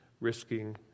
risking